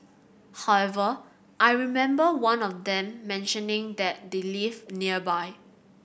however I remember one of them mentioning that they live nearby